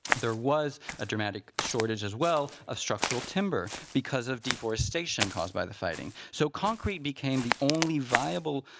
there was a dramatic shortage as well of structural timber because of deforestation caused by the fighting. so concrete became the only viable,